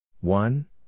One